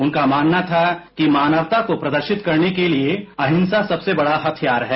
उनका मानना था कि मानवता को प्रदर्शित करने के लिए अहिंसा सबसे बड़ा हथियार है